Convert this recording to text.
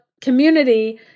community